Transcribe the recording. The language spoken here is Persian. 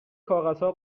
کاغذها